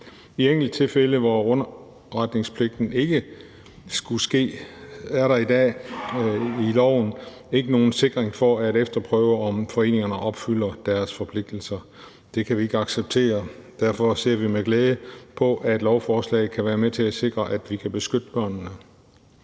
I enkelttilfælde, hvor underretning ikke skulle ske, er der i dag i loven ikke nogen sikring for, at det bliver efterprøvet, om foreningerne opfylder deres forpligtelser. Det kan vi ikke acceptere. Derfor ser vi med glæde på, at lovforslaget kan være med til at sikre, at vi kan beskytte børnene.